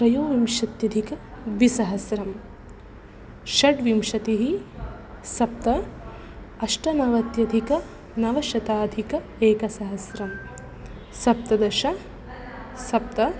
त्रयोविंशत्यधिकद्विसहस्रं षड्विंशतिः सप्त अष्टनवत्यधिकनवशताधिक एकसहस्रं सप्तदश सप्त